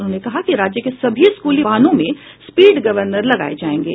उन्होंने कहा कि राज्य के सभी स्कूली वाहनों में स्पीड गवर्नर लगाये जायेंगे